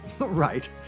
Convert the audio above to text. Right